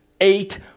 eight